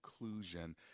Inclusion